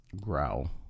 growl